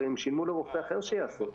הרי הם שילמו לרופא אחר שיעשה.